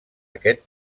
aquest